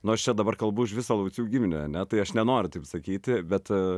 nors čia dabar kalbu už visą laucių giminę ane tai aš nenoriu taip sakyti bet